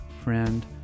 friend